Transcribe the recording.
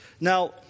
Now